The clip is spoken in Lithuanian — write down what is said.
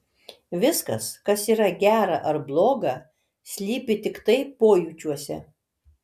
viskas kas yra gera ar bloga slypi tiktai pojūčiuose